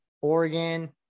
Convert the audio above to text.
Oregon